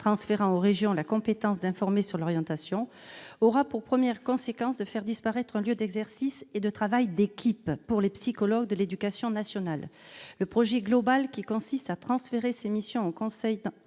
transfert aux régions de la compétence en matière d'orientation -aura pour première conséquence de faire disparaître un lieu d'exercice et de travail en équipe pour les psychologues de l'éducation nationale. Le projet global, qui consiste à transférer ces missions de conseil aux